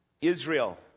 Israel